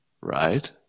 right